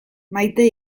maite